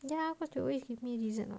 ya cause you always give me reason [what]